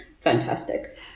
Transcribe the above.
Fantastic